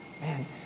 Man